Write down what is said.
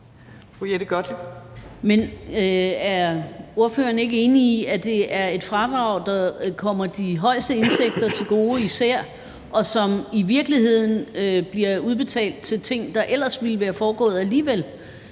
er ordføreren ikke enig i, at det er et fradrag, der især kommer de højeste indtægter til gode, og som i virkeligheden bliver udbetalt til ting, der ellers ville være udført alligevel?